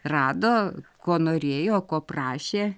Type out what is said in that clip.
rado ko norėjo ko prašė